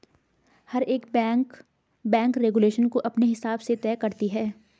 हर एक bank bank regulation को अपने हिसाब से तय करती है